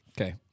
Okay